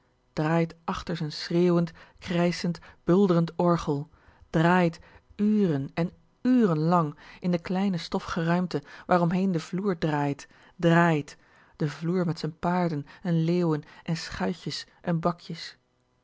draait achter z'n schreeuwend krijschend buldrend orgel drààit uren en uren lang in de kleine stoffige ruimte waaromheen de vloer draait drààit de vloer met z'n paarden en leeuwen en schuitjes en bakjes